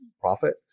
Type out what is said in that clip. profit